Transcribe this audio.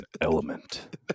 element